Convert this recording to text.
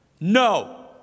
no